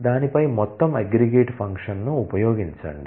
దానిపై మొత్తం aggregate function ను ఉపయోగించండి